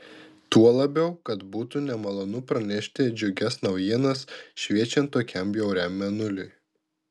tuo labiau kad būtų nemalonu pranešti džiugias naujienas šviečiant tokiam bjauriam mėnuliui